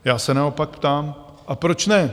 Já se naopak ptám a proč ne?